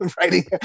writing